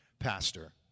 Pastor